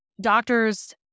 doctors